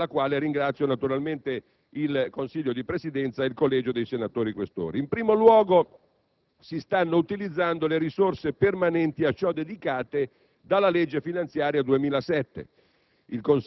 cosa della quale ringrazio naturalmente il Consiglio di Presidenza e il Collegio dei senatori Questori. In primo luogo, si stanno utilizzando le risorse permanenti a ciò dedicate dalla legge finanziaria 2007: